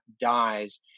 dies